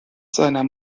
seiner